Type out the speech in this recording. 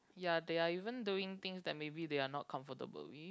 ya they are even doing things that maybe they are not comfortable with